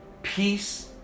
peace